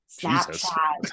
Snapchat